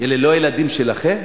אלה לא ילדים שלכם?